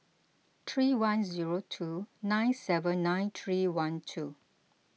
three one zero two nine seven nine three one two